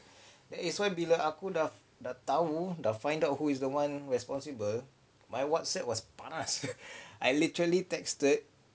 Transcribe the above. that is why bila aku dah [tau] dah find out who is the one responsible my Whatsapp was panas I literally texted